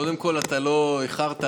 קודם כול, אתה לא איחרת.